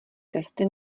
testy